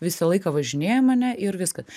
visą laiką važinėjam ane ir viskas